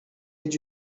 did